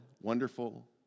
Wonderful